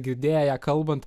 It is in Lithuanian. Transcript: girdėję ją kalbant